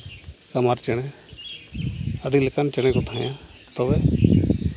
ᱠᱟᱢᱟᱨ ᱪᱮᱬᱮ ᱟᱹᱰᱤ ᱞᱮᱠᱟᱱ ᱪᱮᱬᱮ ᱠᱚ ᱛᱟᱦᱮᱸᱜᱼᱟ ᱛᱚᱵᱮ